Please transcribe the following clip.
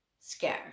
scared